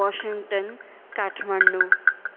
Washington Kathmandu